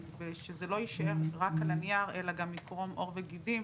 ושזה לא יישאר רק על הנייר אלא גם יקרום עור וגידים.